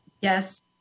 Yes